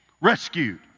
rescued